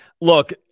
look